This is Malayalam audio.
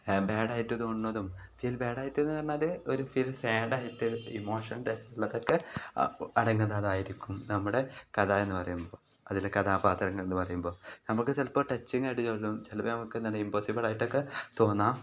ബാഡ് ആയിട്ട് തോന്നുന്നതും ഫീൽ ബാഡ് ആയിട്ടെന്ന് പറഞ്ഞാൽ ഒരു ഫീൽ സാഡ് ആയിട്ട് ഇമോഷൻ ടച്ച് ഉള്ളതൊക്കെ അടങ്ങിയതായിരിക്കും നമ്മുടെ കഥ എന്ന് പറയുമ്പോൾ അതിൽ കഥാപാത്രങ്ങൾ എന്ന് പറയുമ്പോൾ നമുക്ക് ചിലപ്പോൾ ടച്ചിങ് ആയിട്ട് തോന്നും ചിലപ്പോൾ നമുക്ക് എന്താ പറയുക ഇമ്പോസിബിൾ ആയിട്ടൊക്കെ തോന്നാം